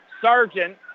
Sergeant